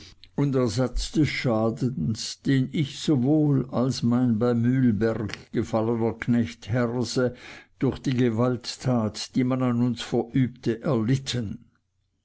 und ersatz des schadens den ich sowohl als mein bei mühlberg gefallener knecht herse durch die gewalttat die man an uns verübte erlitten